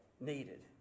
needed